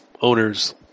owners